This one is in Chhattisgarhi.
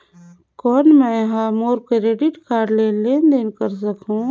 कौन मैं ह मोर क्रेडिट कारड ले लेनदेन कर सकहुं?